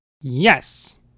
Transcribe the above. Yes